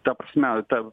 ta prasme ta